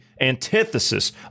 antithesis